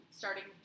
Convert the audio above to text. starting